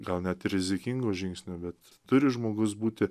gal net rizikingo žingsnio bet turi žmogus būti